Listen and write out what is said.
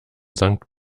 sankt